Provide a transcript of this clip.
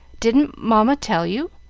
didn't mamma tell you?